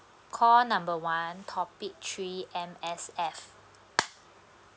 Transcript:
call number one topic three M_S_F